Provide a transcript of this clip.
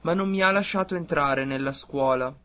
ma non mi ha lasciato entrar nella scuola